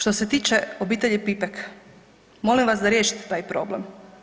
Što se tiče obitelji Pipek, molim vas da riješite taj problem.